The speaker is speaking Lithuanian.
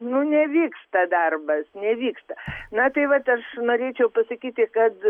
nu nevyksta darbas nevyksta na tai vat aš norėčiau pasakyti kad